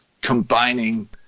combining